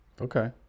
Okay